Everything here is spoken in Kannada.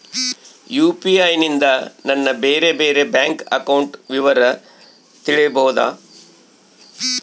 ಯು.ಪಿ.ಐ ನಿಂದ ನನ್ನ ಬೇರೆ ಬೇರೆ ಬ್ಯಾಂಕ್ ಅಕೌಂಟ್ ವಿವರ ತಿಳೇಬೋದ?